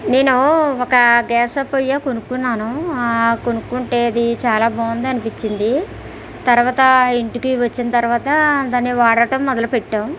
నేను ఒక గ్యాస్ పొయ్యి కొనుక్కున్నాను కొనుక్కుంటే అది చాలా బాగుంది అనిపించింది తర్వాత ఇంటికి వచ్చిన తర్వాత దాన్ని వాడటం మొదలు పెట్టాం